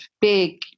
big